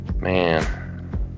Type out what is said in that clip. Man